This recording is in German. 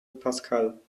pascal